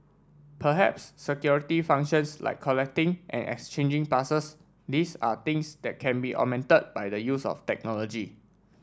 perhaps security functions like collecting and exchanging passes these are things that can be augmented by the use of technology